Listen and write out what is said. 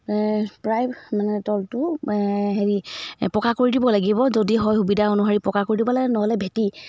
প্ৰায় মানে তলটো হেৰি পকা কৰি দিব লাগিব যদি হয় সুবিধা অনুসৰি পকা কৰি দিব লাগে নহ'লে ভেটি